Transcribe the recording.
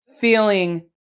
feeling